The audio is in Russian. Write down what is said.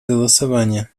голосования